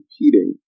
competing